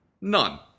None